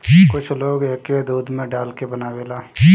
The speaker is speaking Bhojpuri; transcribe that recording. कुछ लोग एके दूध में डाल के बनावेला